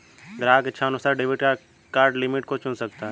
ग्राहक इच्छानुसार debit card limit को चुन सकता है